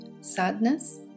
sadness